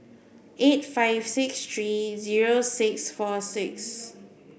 eight five six eight zero six four six